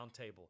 roundtable